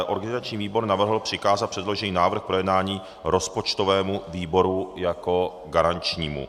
Organizační výbor navrhl přikázat předložený návrh k projednání rozpočtovému výboru jako garančnímu.